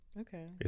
Okay